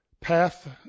path